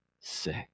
sick